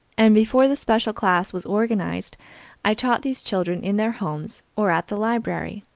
and before the special class was organized i taught these children in their homes or at the library.